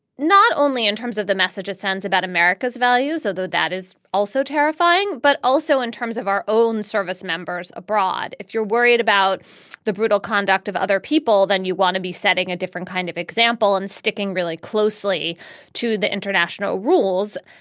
not only in terms of the message it sends about america's values, although that is also terrifying, but also in terms of our own service members abroad. if you're worried about the brutal conduct of other people, then you want to be setting a different kind of example and sticking really closely to the international rules.